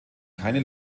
keine